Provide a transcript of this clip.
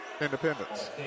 Independence